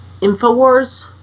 Infowars